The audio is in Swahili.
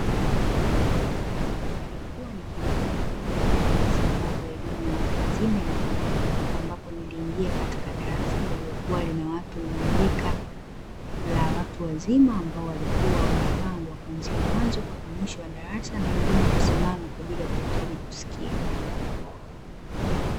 Nilikuwa nikihitaji kujua jinsi ambavyo elimu ya watu wazima inafanyika mpaka ambapo niliingia katika darasa lililokuwa lina watu wenye rika la watu wazima, ambao walikuwa wamepangwa kuanzia mwanzo mpaka mwisho wa darasa, na wengine kusimama kwa ajili ya kuhitaji kusikia.